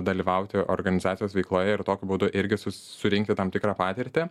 dalyvauti organizacijos veikloje ir tokiu būdu irgi surinkti tam tikrą patirtį